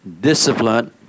discipline